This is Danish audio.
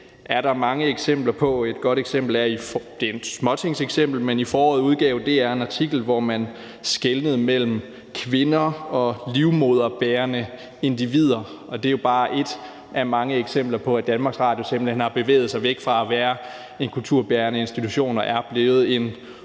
om det er i småtingsafdelingen, er, at DR i foråret udgav en artikel, hvor man skelnede mellem kvinder og livmoderbærende individer, og det er jo bare et af mange eksempler på, at DR simpelt hen har bevæget sig væk fra at være en kulturbærende institution og langt hen